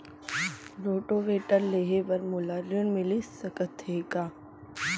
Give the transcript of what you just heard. Rotavator लेहे बर मोला ऋण मिलिस सकत हे का?